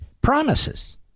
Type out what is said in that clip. promises